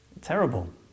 terrible